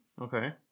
Okay